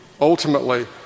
Ultimately